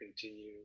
continue